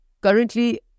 currently